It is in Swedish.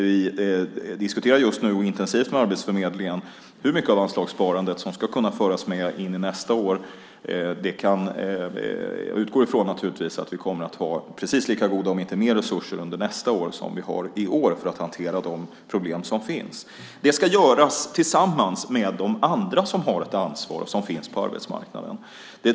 Vi diskuterar just nu intensivt med Arbetsförmedlingen hur mycket av anslagssparandet som ska kunna föras med in i nästa år. Jag utgår naturligtvis från att vi kommer att ha precis lika goda om inte bättre resurser nästa år jämfört med i år för att hantera de problem som finns. Det ska göras tillsammans med de andra som har ett ansvar och som finns på arbetsmarknaden.